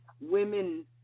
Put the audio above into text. women